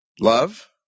love